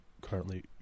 currently